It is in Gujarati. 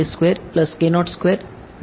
k એ થી અલગ છે